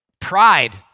Pride